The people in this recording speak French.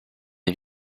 est